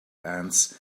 ants